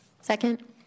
Second